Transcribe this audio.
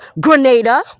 Grenada